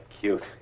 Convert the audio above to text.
cute